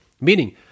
Meaning